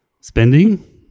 spending